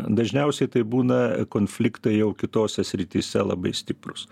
dažniausiai tai būna konfliktai jau kitose srityse labai stiprūs